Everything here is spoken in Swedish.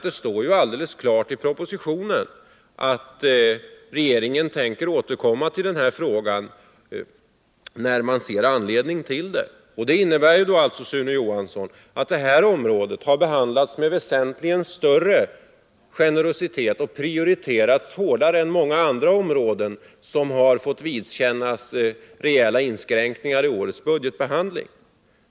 Det står ju i propositionen klart angivet att regeringen tänker återkomma till denna fråga när den ser anledning till det. Det innebär, Sune Johansson, att detta område har behandlats med väsentligt större generositet och har prioriterats hårdare än många andra områden, där man har fått vidkännas rejäla inskränkningar i årets budgetbehandling.